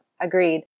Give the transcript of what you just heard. agreed